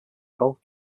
golf